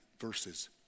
verses